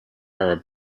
are